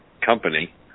company